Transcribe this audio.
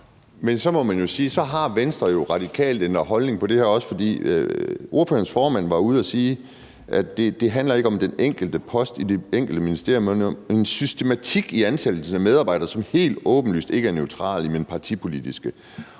Men så må man sige, at Venstre jo radikalt har ændret holdning på det her punkt, for ordførerens formand var ude at sige, at det ikke handler om den enkelte post i det enkelte ministerium, men om en systematik i ansættelsen af medarbejdere, som helt åbenlyst ikke er neutrale, men partipolitiske.